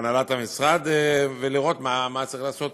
להנהלת המשרד לראות מה צריך לעשות